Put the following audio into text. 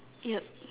yup